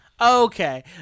Okay